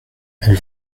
elle